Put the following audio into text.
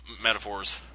metaphors